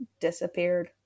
disappeared